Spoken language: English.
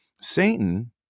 Satan